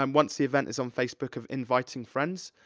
um once the event is on facebook, of inviting friends.